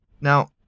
Now